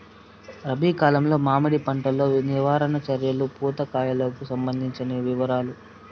రబి కాలంలో మామిడి పంట లో నివారణ చర్యలు పూత కాయలకు సంబంధించిన వివరాలు?